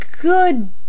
good